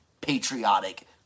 patriotic